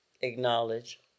Acknowledge